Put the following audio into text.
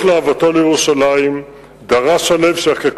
כאות לאהבתו לירושלים דרש שלו שיחקקו